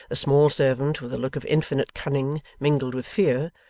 small servant, with a look of infinite cunning mingled with fear,